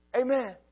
Amen